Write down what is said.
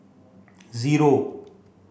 zero